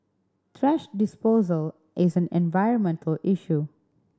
thrash disposal is an environmental issue